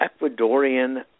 Ecuadorian